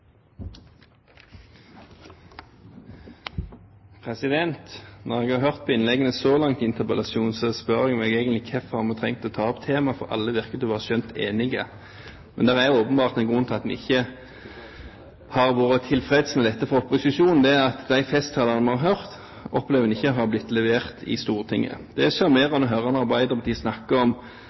Når jeg har hørt innleggene så langt i interpellasjonen, spør jeg meg egentlig hvorfor vi trenger å ta opp temaet, for alle virker å være skjønt enige. Men det er åpenbart en grunn til at vi ikke har vært tilfreds med dette fra opposisjonens side: De festtalene en har hørt, opplever en ikke har blitt levert i Stortinget. Det er sjarmerende å høre når Arbeiderpartiet snakker om